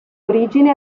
origine